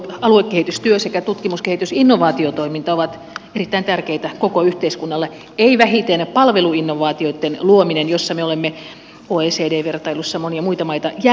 aluekehitystyö sekä tutkimus kehitys ja innovaatiotoiminta ovat erittäin tärkeitä koko yhteiskunnalle eikä vähiten palveluinnovaatioitten luominen jossa me olemme oecd vertailussa monia muita maita jäljessä